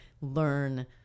learn